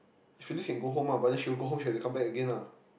Phyllis can go home lah but then she will go home she have to come back again lah